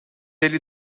elli